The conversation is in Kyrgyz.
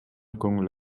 көңүл